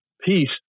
Peace